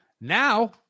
now